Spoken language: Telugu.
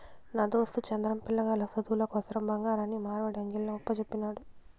నా దోస్తు చంద్రం, పిలగాల్ల సదువుల కోసరం బంగారాన్ని మార్వడీ అంగిల్ల ఒప్పజెప్పినాడు